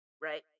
right